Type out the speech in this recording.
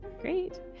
Great